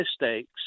mistakes